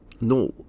No